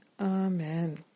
amen